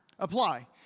Apply